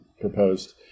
proposed